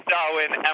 Darwin